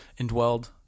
indwelled